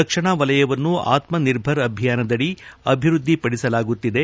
ರಕ್ಷಣಾ ವಲಯವನ್ನು ಆತ್ಮನಿರ್ಭರ್ ಅಭಿಯಾನದಡಿ ಅಭಿವೃದ್ದಿಪಡಿಸುತ್ತಿದೆ